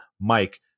Mike